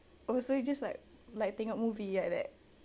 oh so you just like like tengok movie like that